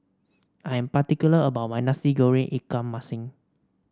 I am particular about my Nasi Goreng Ikan Masin